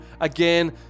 again